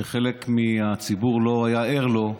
שחלק מהציבור לא היה ער לו.